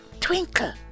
twinkle